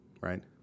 right